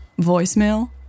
Voicemail